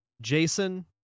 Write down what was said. Jason